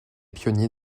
pionniers